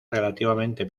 relativamente